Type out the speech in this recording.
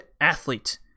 athlete